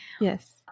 Yes